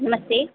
नमस्ते